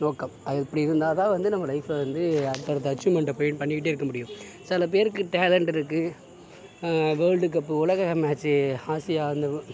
நோக்கம் அப்படி இருந்தால்தான் வந்து நம்ம லைஃபில் வந்து அடுத்தடுத்த அச்சீவ்மண்டை பண்ணிகிட்டே இருக்க முடியும் சில பேர்க்கிட்ட டேலண்ட் இருக்கு வேல்டு கப்பு உலக மேச்சு ஆசியா வந்து